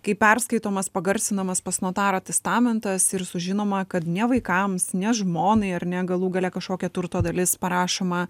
kai perskaitomas pagarsinimas pas notarą testamentas ir sužinoma kad ne vaikams ne žmonai ar ne galų gale kažkokia turto dalis parašoma